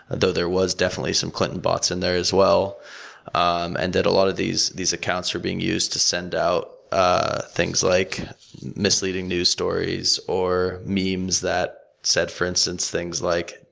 although there was definitely some clinton bots in there as well um and that a lot of these these accounts were being used to send out ah things like misleading news stories or memes that said, for instance, things like,